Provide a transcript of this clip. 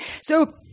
So-